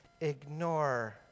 ignore